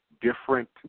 different